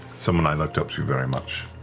someone i looked up to very much,